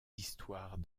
histoires